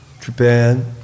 Japan